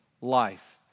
life